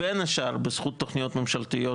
מפחדים, כאילו, אלמנט מסחרי.